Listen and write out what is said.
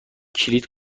کلید